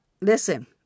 listen